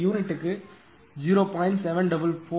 ஒரு யூனிட்டுக்கு 0